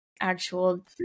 actual